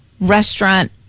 restaurant